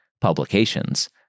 publications